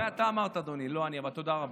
את זה אתה אמרת, אדוני, לא אני, אבל תודה רבה.